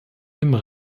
immer